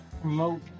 promote